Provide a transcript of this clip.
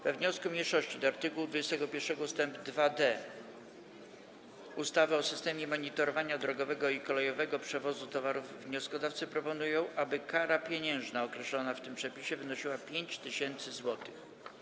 We wniosku mniejszości do art. 21 ust. 2d ustawy o systemie monitorowania drogowego i kolejowego przewozu towarów wnioskodawcy proponują, aby kara pieniężna określona w tym przepisie wynosiła 5 tys. zł.